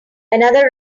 another